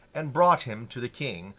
and brought him to the king,